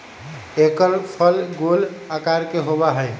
एकर फल गोल आकार के होबा हई